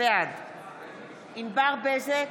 בעד ענבר בזק,